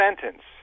sentence